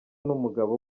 n’umugabo